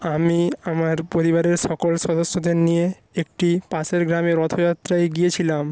আমি আমার পরিবারের সকল সদস্যদের নিয়ে একটি পাশের গ্রামে রথযাত্রায় গিয়েছিলাম